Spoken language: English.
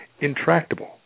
intractable